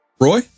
Roy